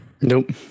Nope